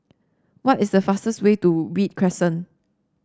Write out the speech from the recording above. what is the fastest way to Read Crescent